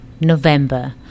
November